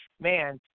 man